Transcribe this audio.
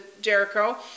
Jericho